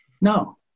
No